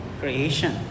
creation